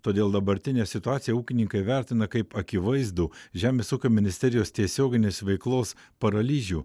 todėl dabartinę situaciją ūkininkai vertina kaip akivaizdų žemės ūkio ministerijos tiesioginės veiklos paralyžių